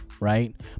right